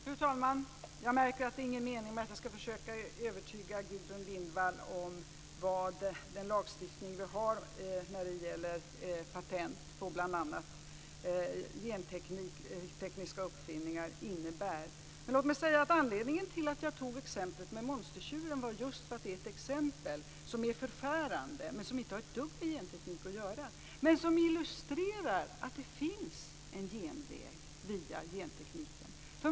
Fru talman! Jag märker att det inte är någon mening med att försöka övertyga Gudrun Lindvall om vad den lagstiftning innebär som vi har när det gäller patent på bl.a. gentekniska uppfinningar. Men låt mig säga att anledningen till att jag tog exemplet med monstertjuren var just att det är ett exempel som är förfärande, men som inte har ett dugg med genteknik att göra. Däremot illustrerar det att det finns en genväg via gentekniken.